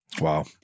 Wow